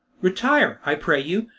retire, i pray you,